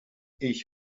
ich